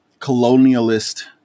colonialist